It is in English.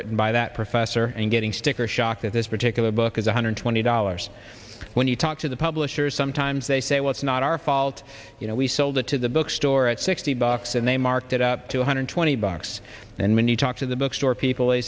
written by that professor and getting sticker shock that this particular book is one hundred twenty dollars when you talk to the publishers sometimes they say well it's not our fault you know we sold it to the bookstore at sixty bucks and they marked it up to one hundred twenty bucks and when you talk to the bookstore people they